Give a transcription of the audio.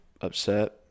upset